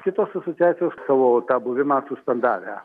kitos asociacijos savo buvimą suspebdavę